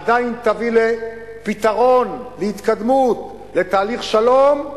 עדיין תביא לפתרון, להתקדמות, לתהליך שלום,